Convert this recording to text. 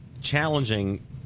challenging